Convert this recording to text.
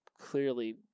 clearly